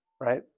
right